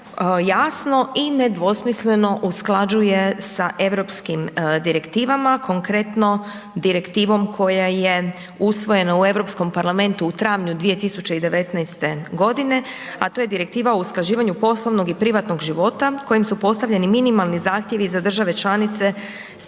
jasno i nedvosmisleno usklađuje sa europskim direktivama konkretno direktivom koja je usvojena u Europskom parlamentu u travnju 2019. godine, a to je direktiva o usklađivanju poslovnog i privatnog života kojom su postavljeni minimalni zahtjevi za države članice s ciljem